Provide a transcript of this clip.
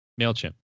MailChimp